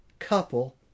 couple